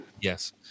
Yes